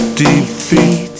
defeat